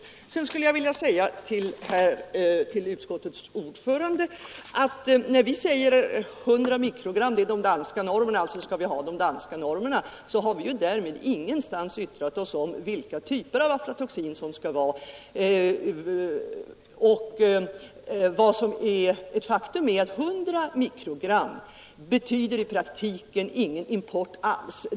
Till utskottets ordförande skulle jag vilja säga att när vi framhåller att 100 mikrogram är den danska normen och att vi förordar danskarnas normer, så har vi inte därmed yttrat oss om vilka typer av aflatoxin det skall gälla. Ett faktum är att en högsta tillåten aflatoxinhalt på 100 mikrogram per kg i praktiken betyder ingen fodermedelsimport alls.